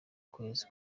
kwezi